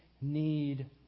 need